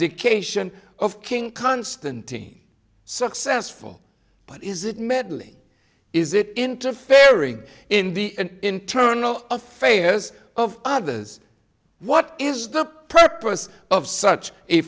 abdication of king constantine successful but is it meddling is it interfering in the internal affairs of others what is the purpose of such a